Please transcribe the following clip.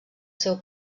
seu